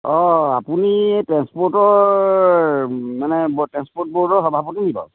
অঁ আপুনি এই ট্ৰেনস্প'ৰ্টৰ মানে ব ট্ৰেনস্প'ৰ্ট বোৰ্ডৰ সভাপতি নেকি বাৰু